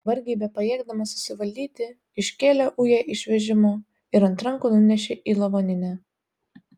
vargiai bepajėgdamas susivaldyti iškėlė ują iš vežimo ir ant rankų nunešė į lavoninę